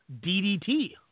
DDT